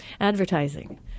advertising